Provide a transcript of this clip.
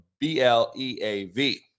B-L-E-A-V